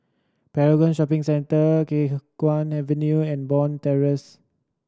Paragon Shopping Centre Khiang Guan Avenue and Bond Terrace